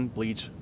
Bleach